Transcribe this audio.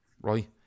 right